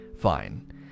fine